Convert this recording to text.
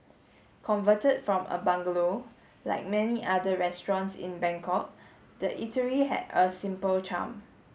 converted from a bungalow like many other restaurants in Bangkok the eatery had a simple charm